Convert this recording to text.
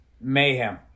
mayhem